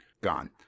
gone